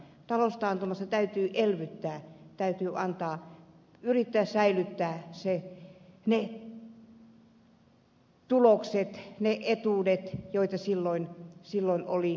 taloustaantumassa täytyy elvyttää täytyy yrittää säilyttää ne tulokset ne etuudet joita silloin oli voimassa